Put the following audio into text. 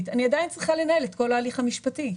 אני עדיין צריכה לנהל את כל ההליך המשפטי.